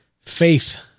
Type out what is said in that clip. faith